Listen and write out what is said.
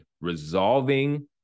resolving